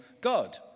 God